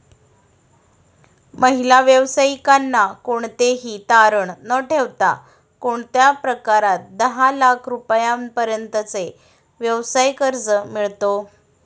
महिला व्यावसायिकांना कोणतेही तारण न ठेवता कोणत्या प्रकारात दहा लाख रुपयांपर्यंतचे व्यवसाय कर्ज मिळतो?